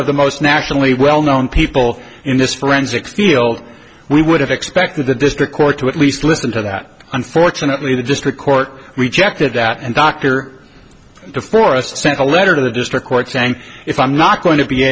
of the most nationally well known people in this forensic field we would have expected the district court to at least listen to that unfortunately the district court rejected that and dr de forest sent a letter to the district court saying if i'm not going to be